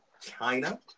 China